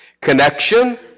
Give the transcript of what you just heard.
connection